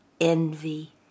envy